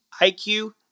IQ